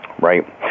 Right